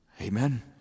Amen